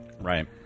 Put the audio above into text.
Right